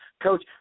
Coach